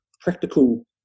practical